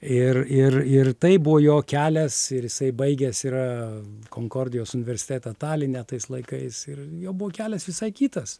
ir ir ir tai buvo jo kelias ir jisai baigęs yra konkordijos universitetą taline tais laikais ir jo buvo kelias visai kitas